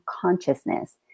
consciousness